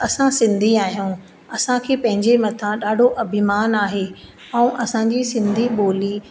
त असां सिंधी आहियूं असांखे पंहिंजे मथां ॾाढो अभिमान आहे ऐं असांजे सिंधी ॿोली